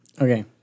Okay